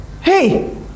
hey